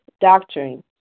doctrine